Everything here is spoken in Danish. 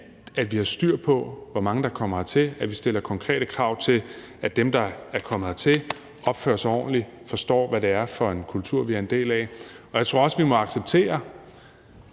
at vi har styr på, hvor mange der kommer hertil, og at vi stiller konkrete krav om, at dem, der er kommet hertil, opfører sig ordentligt og forstår, hvad det er for en kultur, vi er en del af. Jeg tror også, vi må acceptere,